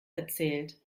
erzählt